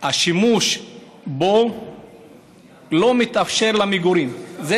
השימוש בו למגורים לא מתאפשר,